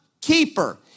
keeper